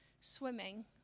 swimming